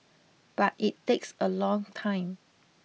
but it takes a long time